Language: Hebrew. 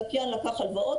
הזכיין לקח הלוואות,